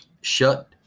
Shut